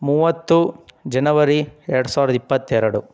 ಮೂವತ್ತು ಜನವರಿ ಎರಡು ಸಾವಿರದ ಇಪ್ಪತ್ತೆರಡು